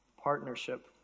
Partnership